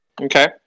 okay